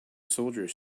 soldiers